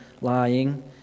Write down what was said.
lying